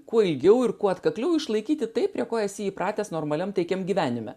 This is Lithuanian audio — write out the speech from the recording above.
kuo ilgiau ir kuo atkakliau išlaikyti tai prie ko esi įpratęs normaliam taikiam gyvenime